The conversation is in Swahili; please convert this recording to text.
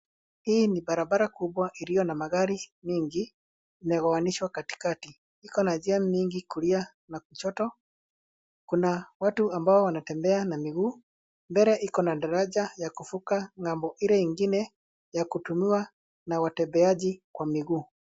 Hii ni barabara kubwa iliyo na magari nyingi imegawanyishwa katikati iko na njia nyingi kulia na kushoto kuna watu ambao wanaotembea na miguu mbele iko na daraja ya kuvuka ngambo ile ingine ya kutumiwa na watembeaji kwa miguu.